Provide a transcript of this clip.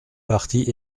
partis